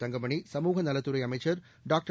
தங்கமணி சமூகநலத்துறை அமைச்ச் டாக்டர்